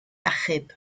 achub